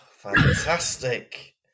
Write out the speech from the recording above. fantastic